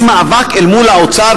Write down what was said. יש מאבק אל מול האוצר,